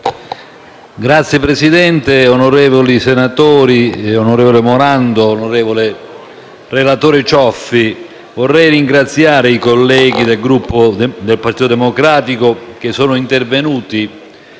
Signor Presidente, onorevoli senatori, onorevole Morando, onorevole relatore Cioffi, vorrei ringraziare i colleghi del Gruppo Partito Democratico che sono intervenuti,